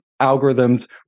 algorithms